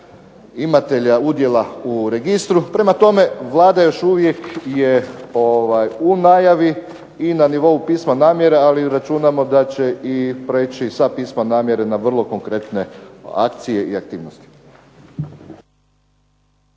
imatelja udjela u registru. Prema tome, Vlada još uvijek je u najavi i na nivou pisma namjera. Ali računamo da će i prijeći sa pisma namjere na vrlo konkretne akcije i aktivnosti.